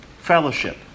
fellowship